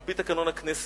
על-פי תקנון הכנסת